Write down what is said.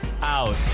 out